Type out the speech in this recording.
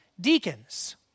deacons